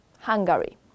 Hungary